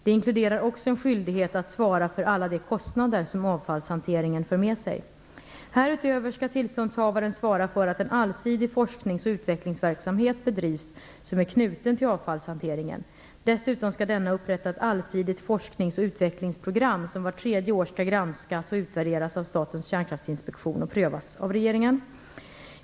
Det inkluderar också en skyldighet att svara för alla de kostnader som avfallshanteringen för med sig. Härutöver skall tillståndshavaren svara för att en allsidig forsknings och utvecklingsverksamhet bedrivs som är knuten till avfallshanteringen. Dessutom skall denna upprätta ett allsidigt forsknings och utvecklingsprogram, som vart tredje år skall granskas och utvärderas av Statens kärnkraftinspektion och prövas av regeringen.